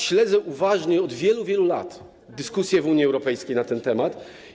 Śledzę uważnie od wielu, wielu lat dyskusję w Unii Europejskiej na ten temat.